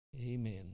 Amen